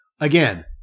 again